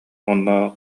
уонна